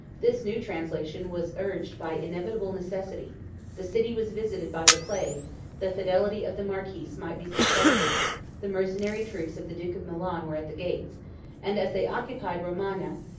this new translation was urged by inevitable necessity the city was visited by the plague the fidelity of the marquis might be suspected the mercenary troops of the duke of milan were at the gates and as they occupied romagna,